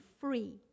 free